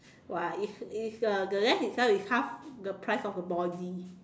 !wah! it's it's the the lens itself is half the price of the body